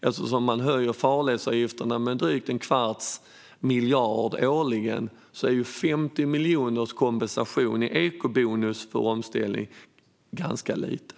Eftersom man höjer farledsavgifterna med drygt en kvarts miljard årligen är 50 miljoners kompensation i eco-bonus för omställning ganska lite.